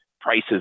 prices